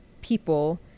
people